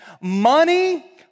Money